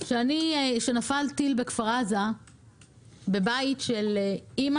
ואני משתפת: כשנפל טיל בכפר עזה בבית של אימא